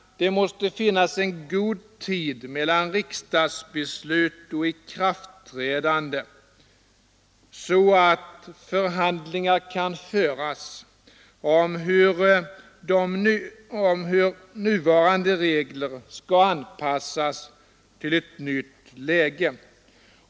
Det måste finnas god tid mellan riksdagsbeslut och ikraftträdande, så att förhandlingar kan föras om hur nuvarande regler skall anpassas till ett nytt läge.